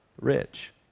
rich